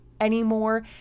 anymore